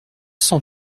cent